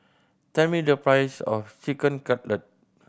tell me the price of Chicken Cutlet